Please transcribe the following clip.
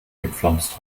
gepflanzt